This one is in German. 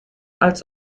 als